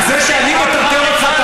אתם לא מטרטרים אותנו?